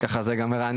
אני מתנצל